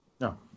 No